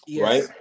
Right